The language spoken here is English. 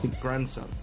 grandson